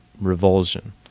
revulsion